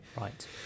Right